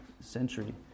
century